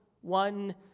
one